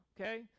okay